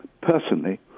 personally